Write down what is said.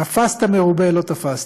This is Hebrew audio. תפסת מרובה, לא תפסת,